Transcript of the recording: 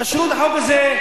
תאשרו את החוק הזה,